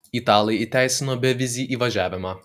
italai įteisino bevizį įvažiavimą